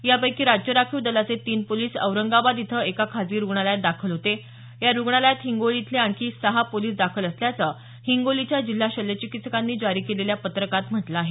यापैकी राज्य राखीव दलाचे तीन पोलिस औरंगाबाद इथं एका खासगी रुग्णालयात दाखल होते या रुग्णालयात हिंगोली इथले आणखी सहा पोलिस दाखल असल्याचं हिंगोलीच्या जिल्हा शल्यचिकित्सकांनी जारी केलेल्या पत्रात म्हटलं आहे